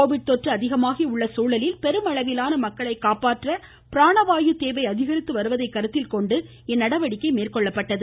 Covid தொற்று அதிகமாகி உள்ள சூழலில் பெரும் அளவிலான மக்களை காப்பாற்ற பிராண வாயு தேவை வருவதை கருத்தில்கொண்டு இந்நடவடிக்கை மேற்கொள்ளப்பட்டுள்ளது